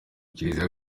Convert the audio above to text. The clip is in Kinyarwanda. kiliziya